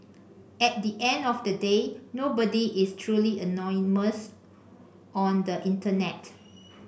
at the end of the day nobody is truly anonymous on the internet